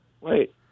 wait